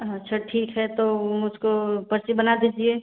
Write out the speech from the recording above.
अच्छा ठीक है तो मुझको पर्ची बना दीजिए